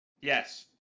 yes